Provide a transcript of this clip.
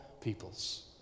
peoples